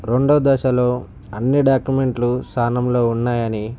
రెండో దశలో అన్నీ డాక్యూమెంట్లు స్థానంలో ఉన్నాయని